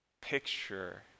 picture